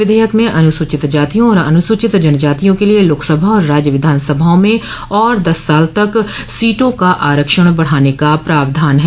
विधेयक में अनुसूचित जातियों और अनुसूचित जनजातियों के लिए लोकसभा और राज्य विधानसभाओं में और दस वर्ष तक सीटों का आरक्षण बढ़ाने का प्रावधान है